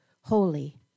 Holy